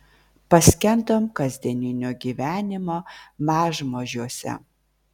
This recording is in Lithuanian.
paskendom kasdieninio gyvenimo mažmožiuose